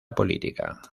política